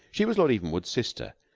she was lord evenwood's sister.